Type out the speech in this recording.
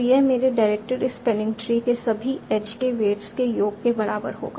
तो यह मेरे डायरेक्टेड स्पैनिंग ट्री के सभी एज के वेट्स के योग के बराबर होगा